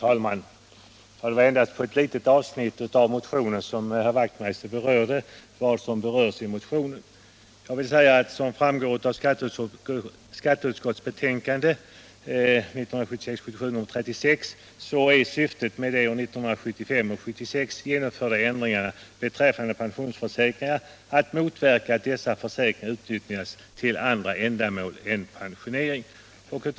Herr talman! Endast i ett litet avsnitt av sitt anförande berörde herr Wachtmeister i Staffanstorp vad som behandlas i motionen. Såsom framgår av skatteutskottets betänkande 1976/77:39 är syftet med de 1975 och 1976 genomförda ändringarna beträffande pensionsförsäkringar att motverka att dessa försäkringar utnyttjas till andra ändamål än pensionering.